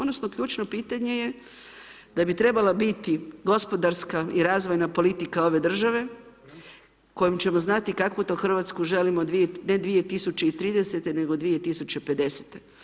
Odnosno ključno pitanje je da bi trebala biti gospodarska i razvojna politika ove države kojom ćemo znati kakvu to Hrvatsku želimo ne 2030. nego 2050.